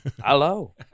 Hello